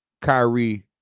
Kyrie